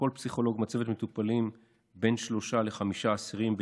לכל פסיכולוג מצבת מטופלים של בין שלושה לחמישה אסירים בטיפול,